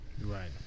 Right